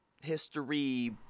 history